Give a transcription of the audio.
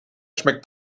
schmeckt